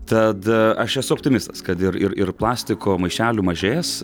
tad aš esu optimistas kad ir ir ir plastiko maišelių mažės